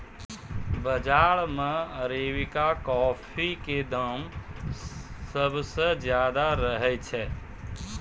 बाजार मॅ arabica coffee के दाम सबसॅ ज्यादा रहै छै